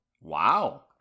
wow